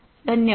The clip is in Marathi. धन्यवाद